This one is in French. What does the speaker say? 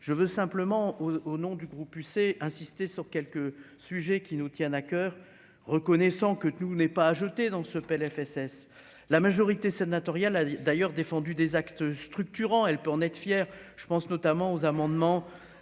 je veux simplement au nom du groupe UC insister sur quelques sujets qui nous tiennent à coeur, reconnaissant que tout n'est pas à jeter dans ce PLFSS la majorité sénatoriale a d'ailleurs défendu des axes structurants, elle peut en être fier, je pense notamment aux amendements